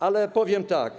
Ale powiem tak.